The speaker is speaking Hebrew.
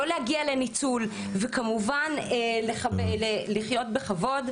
לא להגיע לניצול וכמובן לחיות בכבוד,